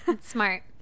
smart